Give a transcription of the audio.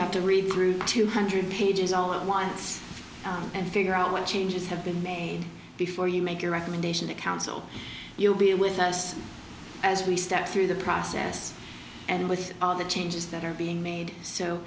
have to recruit two hundred pages all at once and figure out what changes have been made before you make your recommendation to council you'll be with us as we step through the process and with the changes that are being made so